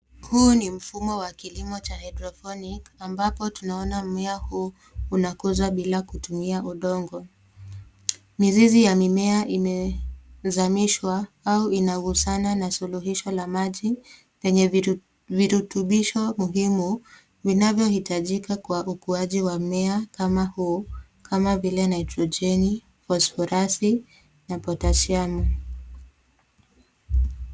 Huu ni mfumo wa kilimo cha hydroponic ambapo tunaona mimea huu unakuzwa bila kutumia udongo. Mzizi ya mimea imezamishwa au inakuzana na suluhisho ya maji enye virubutisho muhimu vinavyoitajika kwa kuwaji wa mimea kama huu, kama vile nitrojeni, fosforasi na potasiamu.